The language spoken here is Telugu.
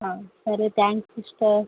సరే థ్యాంక్స్ సిస్టర్